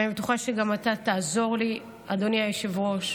ואני בטוחה שגם אתה תעזור לי, אדוני היושב-ראש,